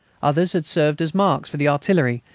others had served as marks for the artillery,